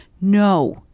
No